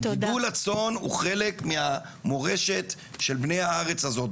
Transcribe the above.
גידול הצאן היה חלק מהמורשת של בני הארץ הזאת,